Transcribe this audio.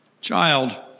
Child